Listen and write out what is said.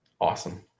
Awesome